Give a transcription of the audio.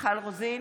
מיכל רוזין,